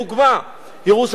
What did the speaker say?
ירושלים רבתי,